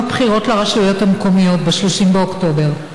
הבחירות לרשויות המקומיות ב-30 באוקטובר,